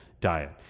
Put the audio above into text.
diet